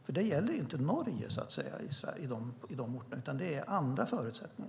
I Norge gäller andra förutsättningar än på dessa orter i Sverige.